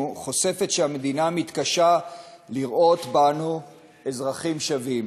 חושפת שהמדינה מתקשה לראות בנו אזרחים שווים